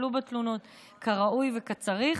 יטפלו בתלונות כראוי וכפי שצריך.